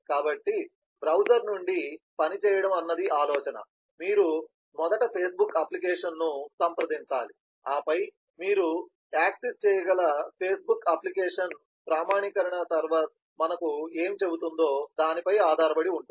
కాబట్టి బ్రౌజర్ నుండి పని చేయడం అన్నది ఆలోచన మీరు మొదట ఫేస్బుక్ అప్లికేషన్ను సంప్రదించాలి ఆపై మీరు యాక్సెస్ చేయగల ఫేస్బుక్ అప్లికేషన్ ప్రామాణీకరణ సర్వర్ మనకు ఏమి చెబుతుందో దానిపై ఆధారపడి ఉంటుంది